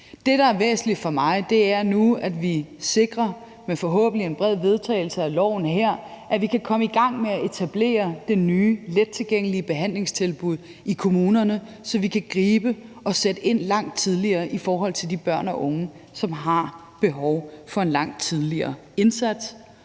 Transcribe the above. Det, der er væsentligt for mig nu, er, at vi sikrer, forhåbentlig med en bred opbakning, vedtagelsen af loven her, at vi kan komme i gang med at etablere det nye lettilgængelige behandlingstilbud i kommunerne, så vi kan gribe og sætte ind langt tidligere i forhold til de børn eller unge, som har behov for en langt tidligere indsats,